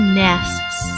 nests